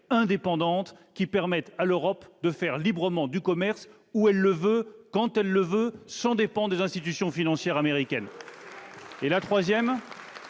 indépendante lui permettant de faire librement du commerce où elle le veut, quand elle le veut, sans dépendre des institutions financières américaines enfin,